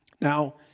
Now